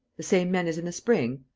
the same men as in the spring?